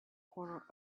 corner